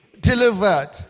delivered